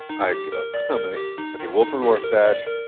i give up. how many. okay, wilford warfstache,